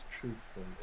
truthful